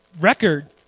record